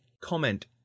comment